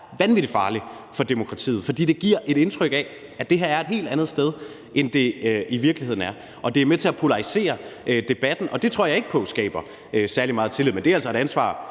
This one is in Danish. vanvittig farlig for demokratiet, fordi det giver et indtryk af, at det her er et helt andet sted, end det i virkeligheden er. Det er med til at polarisere debatten, og det tror jeg ikke på skaber særlig meget tillid. Men det er altså et ansvar,